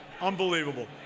unbelievable